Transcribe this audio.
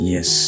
Yes